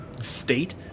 state